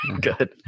Good